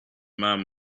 man